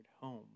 home